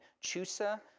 Chusa